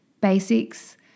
basics